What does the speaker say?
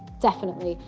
definitely.